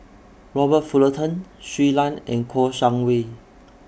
Robert Fullerton Shui Lan and Kouo Shang Wei